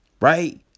Right